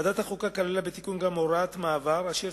ועדת החוקה כללה בתיקון גם הוראת מעבר אשר